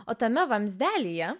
o tame vamzdelyje